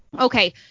Okay